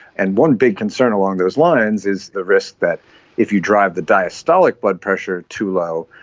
and one big concern along those lines is the risk that if you drive the diastolic blood pressure too low,